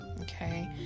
Okay